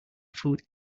food